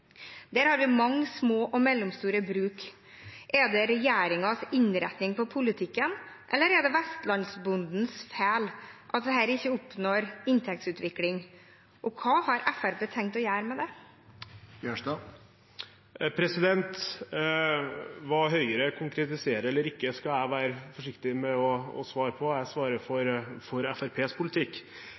Der er det mange små og mellomstore bruk. Er det regjeringens innretning på politikken eller er det vestlandsbondens feil at disse ikke oppnår inntektsutvikling? Hva har Fremskrittspartiet tenkt å gjøre med det? Hva Høyre konkretiserer eller ikke skal jeg være forsiktig med å svare på. Jeg svarer for Fremskrittspartiets politikk.